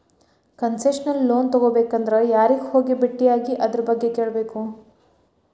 Concessional loan ತಗೊಬೇಕಂದ್ರ ಯಾರಿಗೆ ಹೋಗಿ ಬೆಟ್ಟಿಯಾಗಿ ಅದರ್ಬಗ್ಗೆ ಕೇಳ್ಬೇಕು?